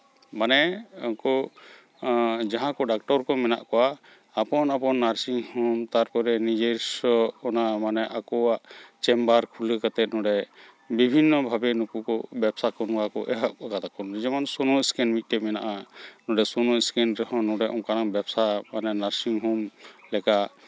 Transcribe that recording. ᱢᱟᱱᱮ ᱩᱝᱠᱩ ᱡᱟᱦᱟᱸᱭ ᱠᱚ ᱰᱚᱠᱴᱚᱨ ᱠᱚ ᱢᱮᱱᱟᱜ ᱠᱚᱣᱟ ᱟᱯᱚᱱᱼᱟᱯᱚᱱ ᱱᱟᱨᱥᱤᱝ ᱦᱳᱢ ᱛᱟᱨᱯᱚᱨᱮ ᱱᱤᱡᱮᱨᱥᱚ ᱚᱱᱟ ᱢᱟᱱᱮ ᱟᱠᱚᱣᱟᱜ ᱪᱮᱢᱵᱟᱨ ᱠᱷᱩᱞᱟᱹᱣ ᱠᱟᱛᱮᱫ ᱱᱚᱸᱰᱮ ᱵᱤᱵᱷᱤᱱᱱᱚ ᱵᱷᱟᱵᱮ ᱱᱩᱠᱩ ᱠᱚ ᱵᱮᱵᱥᱟ ᱠᱚ ᱱᱚᱣᱟ ᱠᱚ ᱮᱦᱚᱵ ᱠᱟᱫᱟ ᱠᱚ ᱡᱮᱢᱚᱱ ᱥᱳᱢᱟ ᱮᱥᱠᱮᱱ ᱢᱤᱫᱴᱮᱡ ᱢᱮᱱᱟᱜᱼᱟ ᱱᱚᱸᱰᱮ ᱥᱳᱢᱟ ᱮᱥᱠᱮᱱ ᱨᱮᱦᱚᱸ ᱚᱱᱠᱟᱱ ᱵᱮᱵᱥᱟ ᱢᱟᱱᱮ ᱱᱟᱨᱥᱤᱝ ᱦᱳᱢ ᱞᱮᱠᱟ